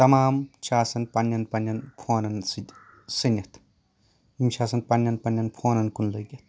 تمام چھِ آسان پَنٕنٮ۪ن پَنٕنٮ۪ن فونن سۭتۍ سٔنِتھ یِم چھِ آسان پَنٕنٮ۪ن پَنٕنٮ۪ن فونن کُن لٔگِتھ